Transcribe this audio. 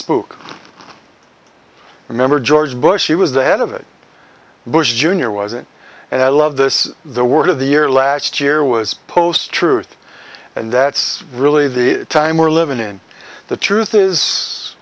spook remember george bush he was the head of it bush jr was it and i love this the word of the year last year was post truth and that's really the time we're living in the truth is